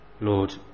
Lord